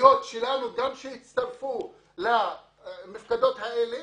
פנימיות שלנו שהצטרפו למפקדות האלה